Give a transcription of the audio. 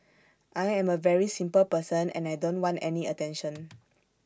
I am A very simple person and I don't want any attention